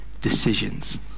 decisions